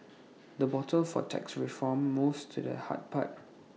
the bottle for tax reform moves to the hard part